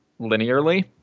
linearly